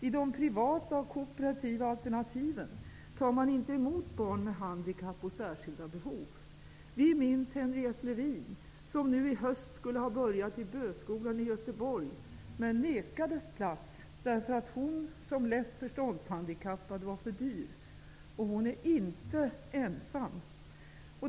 I de privata och kooperativa alternativen tar man inte emot barn med handikapp och särskilda behov. Vi minns Henriett Levin, som nu i höst skulle ha börjat i Böskolan i Göteborg men nekades plats därför att hon, som lätt förståndshandikappad, var för dyr. Hon är inte ensam.